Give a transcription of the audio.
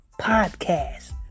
podcast